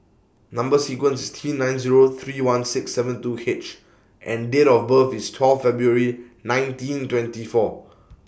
Number sequence IS T nine Zero three one six seven two H and Date of birth IS twelve February nineteen twenty four